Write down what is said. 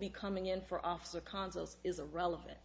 be coming in for officer consuls is a relevant